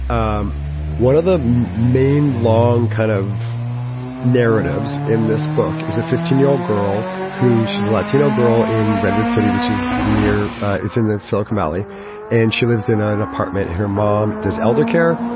um one of the main long kind of narratives in this book is a fifteen year old girl who she's a latino girl in redwood city, which is near it's in the silicon valley and she lives in ah an apartment and her mom does elder care,